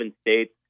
states